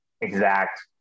exact